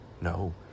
No